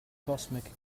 cosmic